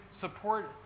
support